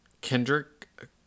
Kendrick